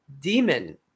Demon